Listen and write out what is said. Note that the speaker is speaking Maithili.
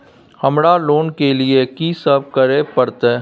हमरा लोन के लिए की सब करे परतै?